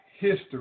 history